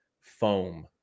foam